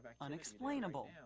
unexplainable